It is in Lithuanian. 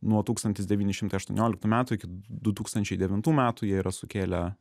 nuo tūkstantis devyni šimtai aštuonioliktų metų iki du tūkstančiai devintų metų jie yra sukėlę